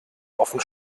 offen